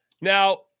Now